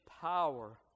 power